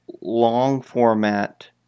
long-format